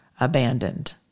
abandoned